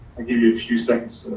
i give you a few seconds